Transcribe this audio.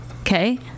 Okay